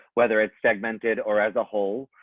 whether it's segmented or as a whole.